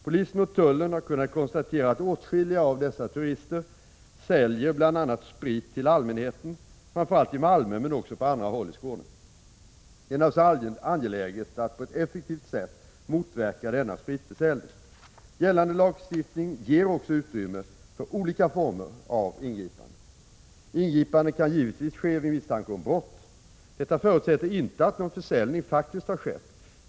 Polisen och tullen har kunnat konstatera att åtskilliga av dessa turister säljer bl.a. sprit till allmänheten, framför allt i Malmö men också på andra håll i Skåne. Det är naturligtvis angeläget att på ett effektivt sätt motverka denna spritförsäljning. Gällande lagstiftning ger också utrymme för olika former av ingripanden. Ingripande kan givetvis ske vid misstanke om brott. Detta förutsätter inte att någon försäljning faktiskt har skett.